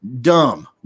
dumb